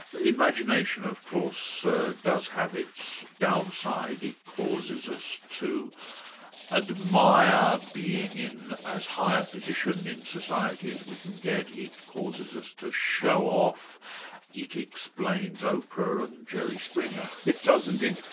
imagination of course ah does have its downside. it causes us to admire being in as high a position in society as we can get it causes us to show off it explains oprah and jerry springer. it does indeed.